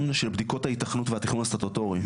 של בדיקות ההיתכנות והתכנון הסטטוטורי,